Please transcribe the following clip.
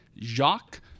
jacques